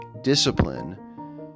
discipline